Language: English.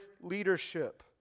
leadership